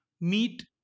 Meat